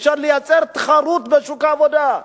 אפשר לייצר תחרות בשוק העבודה.